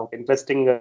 interesting